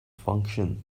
function